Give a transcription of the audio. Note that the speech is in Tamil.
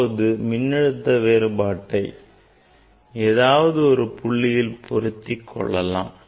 இப்போது மின்னழுத்த வேறுபாட்டை ஏதாவது ஒரு புள்ளியில் பொருத்திக் கொள்ளலாம்